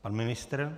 Pan ministr?